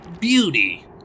beauty